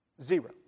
Zero